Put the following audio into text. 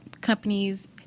companies